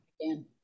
again